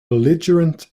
belligerent